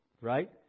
right